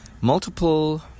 multiple